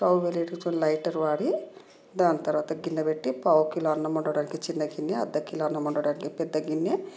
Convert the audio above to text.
stove వెలిగించు lighter వాడి దాని తర్వాత గిన్నె పెట్టి పావు కిలో అన్నం వండడానికి చిన్న గిన్నె అర్ధ కిలో అన్నం వండడానికి పెద్ద గిన్నె